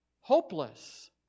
Hopeless